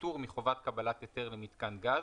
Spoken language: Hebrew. פטור מחובת קבלת היתר למיתקן גז,